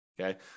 Okay